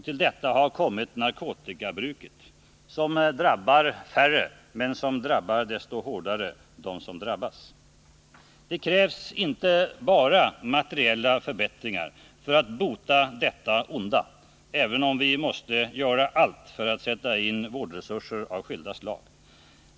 Till detta har kommit narkotikamissbruket som drabbar färre men som drabbar desto hårdare dem det gäller. Det krävs inte bara materiella förbättringar för att bota det onda, även om vi måste göra allt för att sätta in vårdresurser av skilda slag.